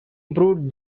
improved